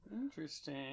Interesting